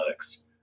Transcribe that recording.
Analytics